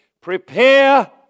Prepare